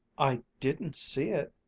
i didn't see it,